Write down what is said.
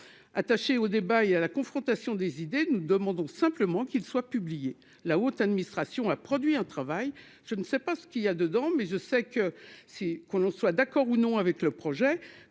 attaché au débat et à la confrontation des idées, nous demandons simplement qu'il soit publié la haute administration, a produit un travail, je ne sais pas ce qu'il y a dedans, mais je sais que si, qu'on soit d'accord ou non avec le projet